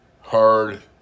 hard